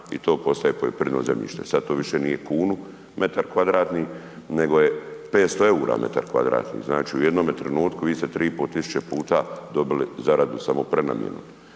i to postaje poljoprivredno zemljište. Sada to više nije kunu metar kvadratni nego je 500 eura metar kvadratni. Znači u jednome trenutku vi ste 3,5 tisuće puta dobili zaradu samo prenamjenom.